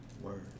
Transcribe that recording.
Word